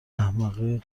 احمقه